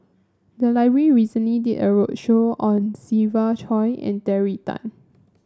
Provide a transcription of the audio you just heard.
the library recently did a roadshow on Siva Choy and Terry Tan